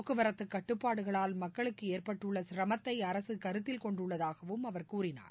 போக்குவரத்து கட்டுப்பாடுகளால் மக்களுக்கு ஏற்பட்டுள்ள சிரமத்தை கருத்தில் கொண்டுள்ளதாகவும் அவர் கூறினார்